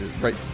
Right